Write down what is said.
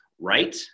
right